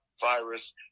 virus